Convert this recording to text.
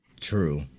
True